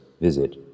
visit